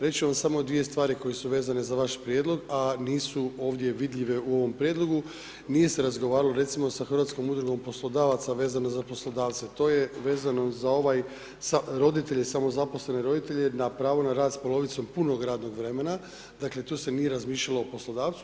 Reći ću vam samo 2 stvari koje su vezane za vaš prijedlog, a nisu obje vidljive u ovom prijedlogu, nije se razgovaralo sa recimo Hrvatskom udrugom poslodavaca, vezano za poslodavce, to je vezano za ovaj, roditelje i samozaposlene roditelje, na pravo na rad s polovicom punog radnog vremena, dakle, tu se nije razmišljalo o poslodavcu.